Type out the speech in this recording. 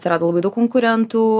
atsirado labai daug konkurentų